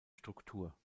struktur